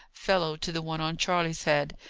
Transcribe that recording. fellow to the one on charley's head,